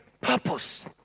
purpose